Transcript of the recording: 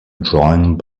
drawing